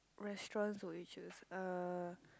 restaurants would you choose uh